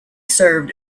served